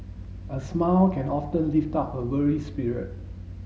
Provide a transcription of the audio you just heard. a smile can often lift up a weary spirit